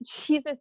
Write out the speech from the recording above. Jesus